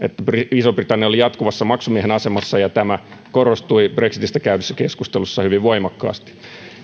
iso britannia oli jatkuvassa maksumiehen asemassa ja tämä korostui brexitistä käydyssä keskustelussa hyvin voimakkaasti